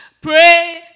Pray